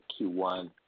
Q1